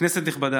כנסת נכבדה,